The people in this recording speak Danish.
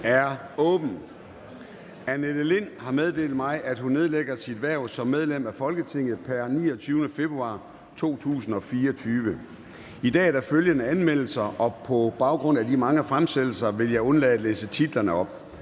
er åbnet. Annette Lind (S) har meddelt mig, at hun nedlægger sit hverv som medlem af Folketinget pr. 29. februar 2024. I dag er der følgende anmeldelser, og på baggrund af de mange fremsættelser skal jeg undlade at læse titlerne op: